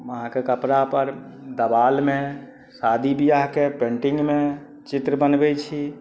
अहाँके कपड़ा पर देबालमे शादी विवाहके पेन्टिंगमे चित्र बनबै छी